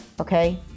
okay